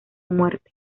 muerte